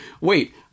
Wait